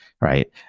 Right